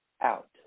out